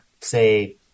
say